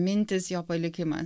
mintys jo palikimas